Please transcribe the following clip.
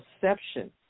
perception